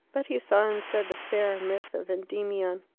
but he saw instead the fair myth of endymion.